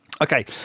Okay